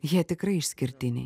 jie tikrai išskirtiniai